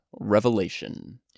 revelation